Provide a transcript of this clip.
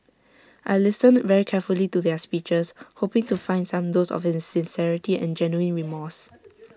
I listened very carefully to their speeches hoping to find some dose of sincerity and genuine remorse